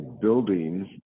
building